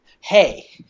hey